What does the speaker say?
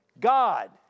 God